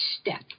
step